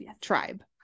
tribe